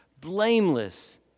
blameless